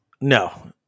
No